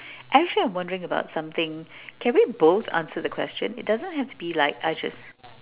actually I'm wondering about something can we both answer the question it doesn't have to be like I just